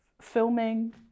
filming